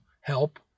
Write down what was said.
help